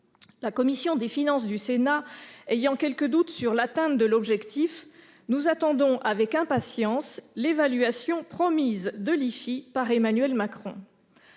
La commission des finances du Sénat ayant quelques doutes sur l'atteinte de cet objectif, nous attendons avec impatience l'évaluation de l'IFI promise par Emmanuel Macron.